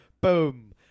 Boom